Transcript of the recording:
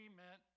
meant